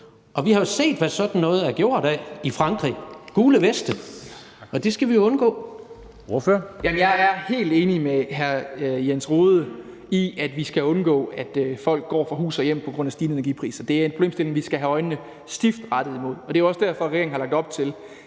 Formanden (Henrik Dam Kristensen): Ordføreren. Kl. 09:45 Christian Rabjerg Madsen (S): Jeg er helt enig med hr. Jens Rohde i, at vi skal undgå, at folk går fra hus og hjem på grund af stigende energipriser. Det er en problemstilling, som vi skal have øjnene stift rettet imod. Det er også derfor, regeringen har lagt op til,